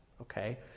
Okay